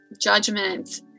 judgment